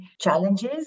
challenges